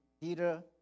Peter